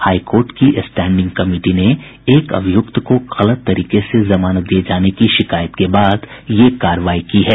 high court की standing committee ने एक अभियूक्त को गलत तरीके से जमानत दिये जाने की शिकायत के बाद ये कार्रवाई की है